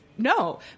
No